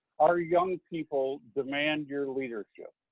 our young people demand your leadership.